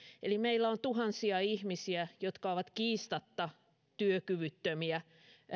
eli meillä on tuhansia ihmisiä jotka ovat kiistatta työkyvyttömiä